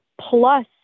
plus